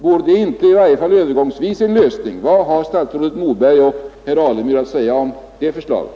Vore det inte i varje fall övergångsvis en lösning? Vad har statsrådet Moberg och herr Alemyr att säga om det förslaget?